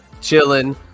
chilling